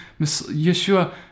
Yeshua